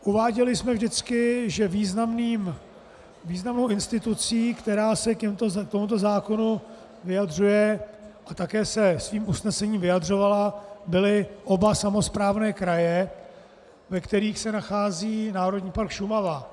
Uváděli jsme vždycky, že významnou institucí, která se k tomuto zákonu vyjadřuje a také se svým usnesením vyjadřovala, byly oba samosprávné kraje, ve kterých se nachází Národní park Šumava.